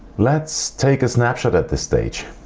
let's take a snapshot at this state.